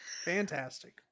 Fantastic